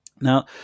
Now